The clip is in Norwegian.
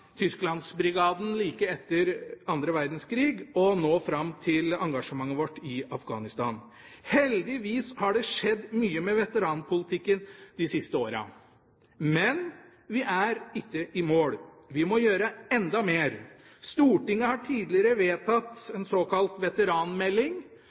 Tysklandsbrigaden like etter annen verdenskrig og nå fram til engasjementet vårt i Afghanistan. Heldigvis har det skjedd mye med veteranpolitikken de siste årene, men vi er ikke i mål, vi må gjøre enda mer. Stortinget har tidligere